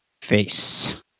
Face